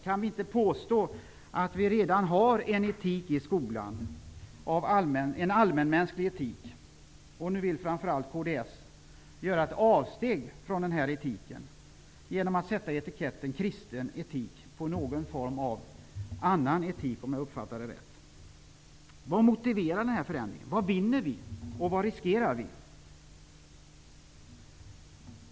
Kan vi inte påstå att vi redan har en allmänmänsklig etik i skolan? Nu vill framför allt kds göra ett avsteg från den här etiken, genom att sätta etiketten ''kristen etik'' på en annan form av etik, om jag uppfattar det rätt. Vad motiverar denna förändring? Vad vinner vi? Vad riskerar vi?